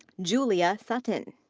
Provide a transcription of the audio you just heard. julia sutton.